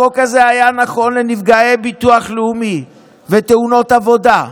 החוק הזה היה נכון לנפגעי ביטוח לאומי ותאונות עבודה,